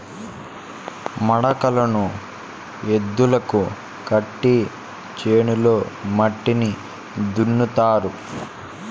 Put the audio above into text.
మడకలను ఎద్దులకు కట్టి చేనులో మట్టిని దున్నుతారు